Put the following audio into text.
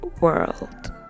world